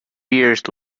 years